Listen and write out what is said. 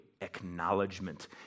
acknowledgement